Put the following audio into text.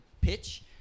pitch